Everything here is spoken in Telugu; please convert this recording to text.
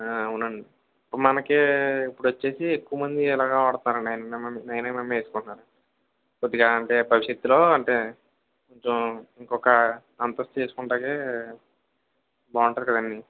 అవునండి మనకు ఇప్పుడొచ్చేసి ఎక్కువ మంది ఇలాగే వాడతారండి నైన్ ఎమ్ఎమ్ యే నైన్ ఎమ్ఎమ్ యే వేసుకుంటారు కొద్దిగా అనే భవిష్యత్తులో అంటే కొంచం ఇంకొక అంతస్తు వేసుకుంటానికి బాగుంటుంది కదండి